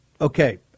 Okay